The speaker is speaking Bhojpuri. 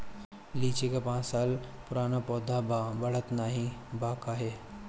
लीची क पांच साल पुराना पौधा बा बढ़त नाहीं बा काहे?